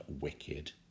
Wicked